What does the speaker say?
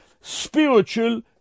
spiritual